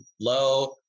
low